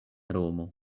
romo